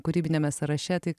kūrybiniame sąraše tai